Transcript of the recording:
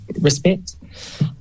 respect